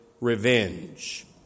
revenge